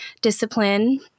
discipline